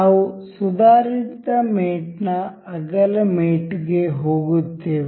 ನಾವು ಸುಧಾರಿತ ಮೇಟ್ ನ ಅಗಲ ಮೇಟ್ ಗೆ ಹೋಗುತ್ತೇವೆ